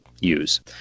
use